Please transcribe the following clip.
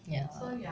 ya